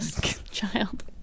child